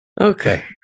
Okay